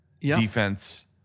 defense